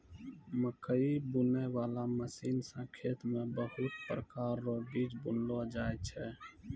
मकैइ बुनै बाला मशीन से खेत मे बहुत प्रकार रो बीज बुनलो जाय छै